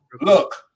look